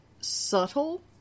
subtle